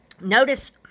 Notice